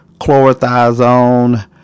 chlorothiazone